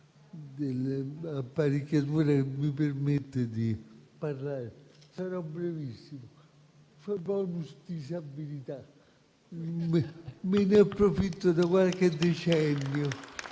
dell'apparecchiatura che mi permette di parlare, sarò brevissimo). Ho il *bonus* disabilità, me ne approfitto da qualche decennio